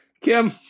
Kim